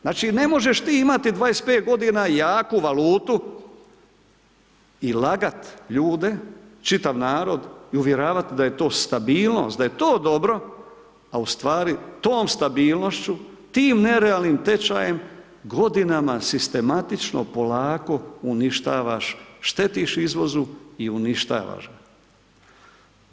Znači, ne možeš ti imati 25 godina jaku valutu i lagati ljude, čitav narod i uvjeravati da je to stabilnost, da je to dobro, a u stvari tom stabilnošću, tim nerealnim tečajem godinama sistematično polako uništavaš, štetiš izvozu i uništavaš ga.